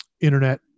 internet